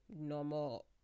normal